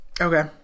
Okay